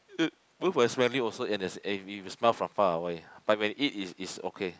it both are smelly also and it's if you smell from far away when but when eat it's it's okay